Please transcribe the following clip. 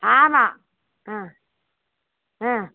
ஆமாம் ம் ம்